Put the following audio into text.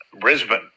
Brisbane